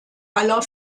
aller